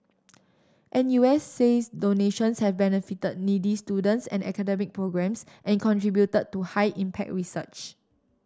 N U S says donations have benefited needy students and academic programmes and contributed to high impact research